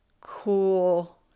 cool